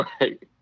Right